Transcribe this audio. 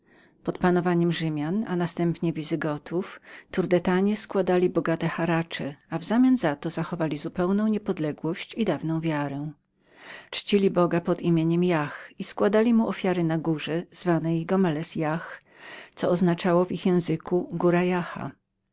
pod panowaniem rzymian i następnie wisygotów tardetanie składali bogate haracze za to zaś zachowali zupełną niepodległość i dawną wiarę czcili boga pod nazwiskiem jahh i składali mu ofiary na górze nazwanej gomelez jahh co znaczyło w ich języku górę jahha